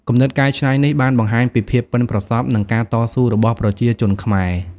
គំនិតកែច្នៃនេះបានបង្ហាញពីភាពប៉ិនប្រសប់ និងការតស៊ូរបស់ប្រជាជនខ្មែរ។